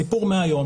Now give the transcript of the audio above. סיפור מהיום